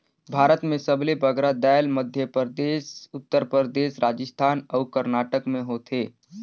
भारत में सबले बगरा दाएल मध्यपरदेस परदेस, उत्तर परदेस, राजिस्थान अउ करनाटक में होथे